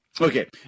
Okay